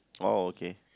oh okay